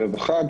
ערב החג,